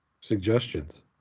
suggestions